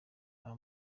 nta